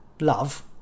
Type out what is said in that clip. love